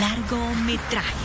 largometraje